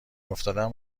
افتادم